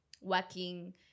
working